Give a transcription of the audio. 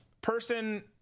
person